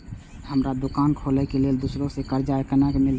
हमरा दुकान खोले के लेल दूसरा से कर्जा केना मिलते?